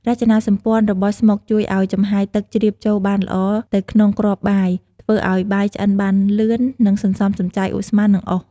រចនាសម្ព័ន្ធរបស់ស្មុកជួយឲ្យចំហាយទឹកជ្រាបចូលបានល្អទៅក្នុងគ្រាប់បាយ ធ្វើឲ្យបាយឆ្អិនបានលឿន និងសន្សំសំចៃឧស្ម័ន ឬអុស។